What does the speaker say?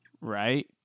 Right